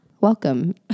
Welcome